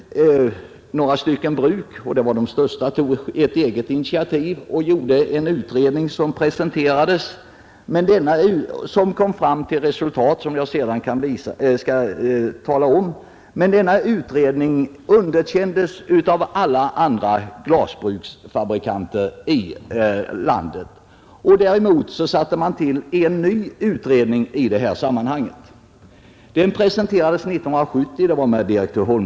Några glasbruk — det var de största — tog ett eget initiativ och gjorde en utredning som presenterades och som kom fram till resultat som jag skall återkomma till. Men denna utredning underkändes av alla andra glasfabrikanter i landet. Dessa tillsatte en ny utredning med direktör Holmström som ledare. Den utredningen presenterade sitt resultat 1970.